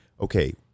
okay